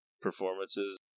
performances